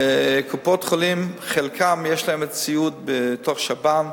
קופות-החולים, חלקן יש להן סיעוד בתוך שב"ן,